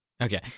Okay